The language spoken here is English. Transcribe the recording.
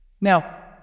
Now